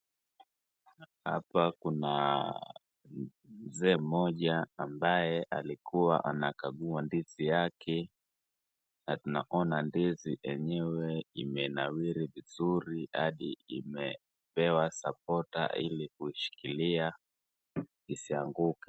Hapa kuna mzee mmoja ambaye alikuwa anakagua ndizi yake na tunaona ndizi enyewe imenawiri vizuri hadi imepewa supporter ili kuishikilia isianguke.